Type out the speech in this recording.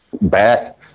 back